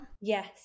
Yes